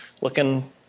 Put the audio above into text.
looking